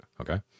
okay